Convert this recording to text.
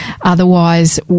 Otherwise